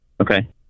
Okay